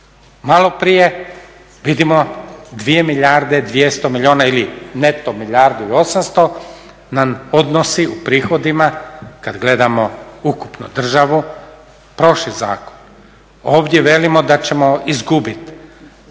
Maloprije vidimo 2 milijarde 200 milijuna ili neto milijardu i 800 nam odnosi u prihodima kad gledamo ukupno državu prošli zakon. Ovdje velimo da ćemo izgubit